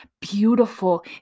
beautiful